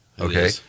Okay